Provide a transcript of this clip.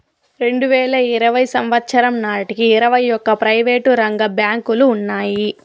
రెండువేల ఇరవై సంవచ్చరం నాటికి ఇరవై ఒక్క ప్రైవేటు రంగ బ్యాంకులు ఉన్నాయి